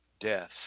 death